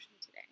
today